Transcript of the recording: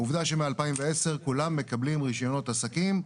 עובדה שמ-2010 כולם מקבלים רישיונות עסקים.